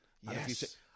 Yes